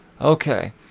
Okay